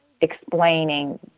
explaining